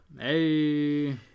Hey